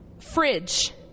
fridge